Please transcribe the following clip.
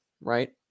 right